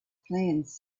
plans